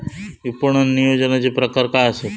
विपणन नियोजनाचे प्रकार काय आसत?